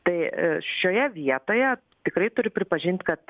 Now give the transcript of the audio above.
tai šioje vietoje tikrai turiu pripažint kad